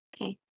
Okay